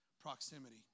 Proximity